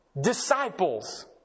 disciples